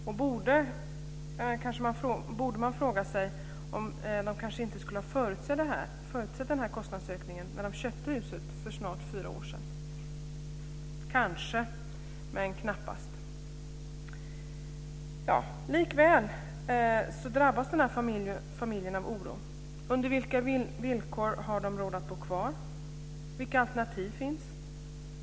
Man borde kanske fråga sig om de inte hade kunnat förutse den här kostnadsökningen när de köpte huset för snart fyra år sedan. Kanske - men knappast. Sålunda drabbas den här familjen av oro. Under vilka villkor har man råd att bo kvar? Vilka alternativ finns?